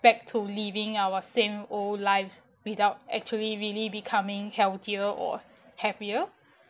back to living our same old lives without actually really becoming healthier or happier